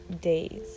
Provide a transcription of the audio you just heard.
days